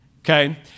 okay